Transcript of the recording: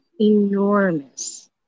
enormous